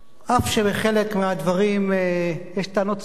אף שעל חלק מן הדברים יש טענות צודקות,